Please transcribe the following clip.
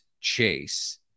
chase